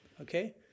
okay